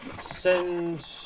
send